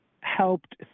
helped